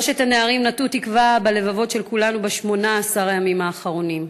שלושת הנערים נטעו תקווה בלבבות של כולנו ב-18 הימים האחרונים,